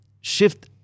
shift